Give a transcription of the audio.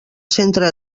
centre